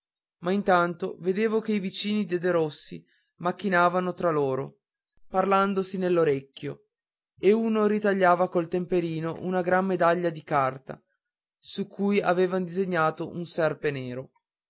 ma intanto vedevo che i vicini di derossi macchinavano fra loro parlandosi all'orecchio e uno ritagliava col temperino una gran medaglia di carta su cui avevan disegnato un serpe nero